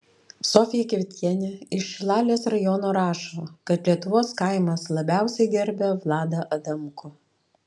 sofija kvietkienė iš šilalės rajono rašo kad lietuvos kaimas labiausiai gerbia vladą adamkų